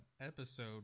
episode